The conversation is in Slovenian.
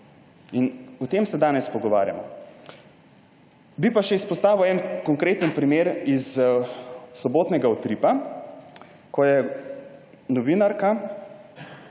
In o tem se danes pogovarjamo. Bi pa izpostavil še en konkreten primer iz sobotnega Utripa, ko je novinarka